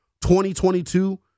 2022